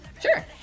Sure